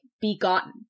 begotten